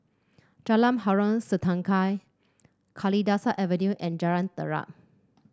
Jalan Harom Setangkai Kalidasa Avenue and Jalan Terap